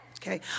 Okay